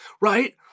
right